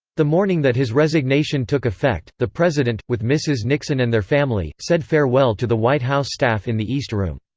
the morning that his resignation took effect, the president, with mrs. nixon and their family, said farewell to the white house staff in the east room.